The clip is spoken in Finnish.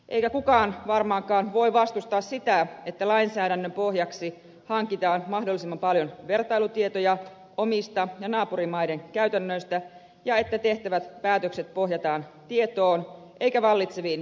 eikä kukaan varmaankaan voi vastustaa sitä että lainsäädännön pohjaksi hankitaan mahdollisimman paljon vertailutietoja omista ja naapurimaiden käytännöistä ja että tehtävät päätökset pohjataan tietoon eikä vallitseviin mielikuviin